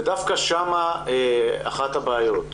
ודווקא שם אחת הבעיות.